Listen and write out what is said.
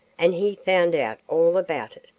and he found out all about it.